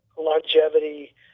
Longevity